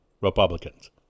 Republicans